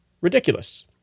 Ridiculous